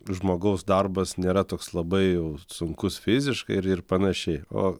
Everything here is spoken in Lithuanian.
žmogaus darbas nėra toks labai jau sunkus fiziškai ir ir panašiai o